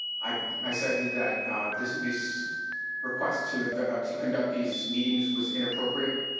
i i said that that this this request to and ah to conduct these meetings was inappropriate.